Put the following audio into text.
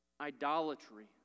idolatry